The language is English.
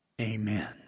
Amen